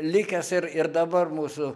likęs ir ir ir dabar mūsų